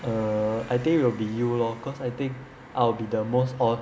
err I think will be you lor because I think I'll be the most